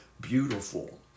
beautiful